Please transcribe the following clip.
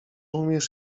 umiesz